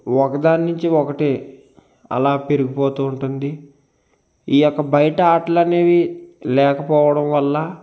ఒక దాని నుంచి ఒకటి అలా పెరిగిపోతు ఉంటుంది ఈ యొక్కబయట ఆటలు అనేవి లేకపోవడం వల్ల